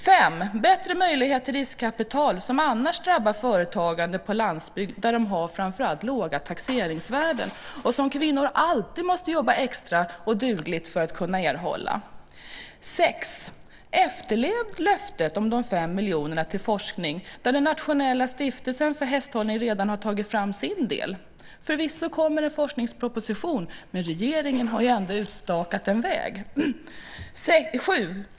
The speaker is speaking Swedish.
5 Bättre möjlighet till riskkapital, som kvinnor alltid måste jobba extra dugligt för att kunna erhålla. Annars drabbas företagare på landsbygd med låga taxeringsvärden. 6. Efterlev löftet om de 5 miljonerna till forskning. Den nationella stiftelsen för hästhållning har redan tagit fram sin del. Förvisso kommer det en forskningsproposition, men regeringen har ändå utstakat en väg. 7.